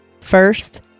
First